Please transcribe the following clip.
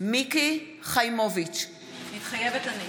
מיקי חיימוביץ' מתחייבת אני